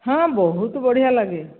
ହଁ ବହୁତ ବଢ଼ିଆ ଲାଗେ